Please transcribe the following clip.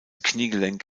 kniegelenk